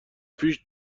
پیش